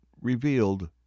revealed